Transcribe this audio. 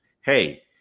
hey